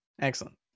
excellent